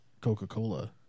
Coca-Cola